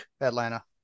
Atlanta